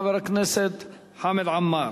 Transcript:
חבר הכנסת חמד עמאר.